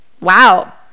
Wow